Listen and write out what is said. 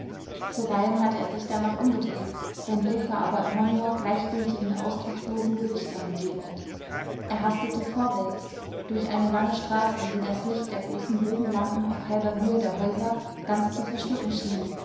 zuweilen hatte er sich danach umgedreht sein blick war aber immer nur gleichgültigen ausdruckslosen gesichtern begegnet er hastete vorwärts durch eine lange straße die das licht der großen bogenlampen auf halber höhe der häuser ganz zu verschlucken schien